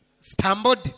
stumbled